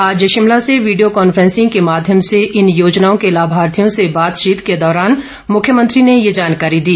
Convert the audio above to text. आज शिमला से video conferencing के माध्यम से इन योजनाओं के लाभार्थियों से बातचीत के दौरान मुख्यमंत्री ने ये जानकारी दी